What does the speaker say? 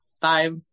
Five